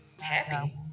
happy